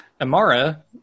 Amara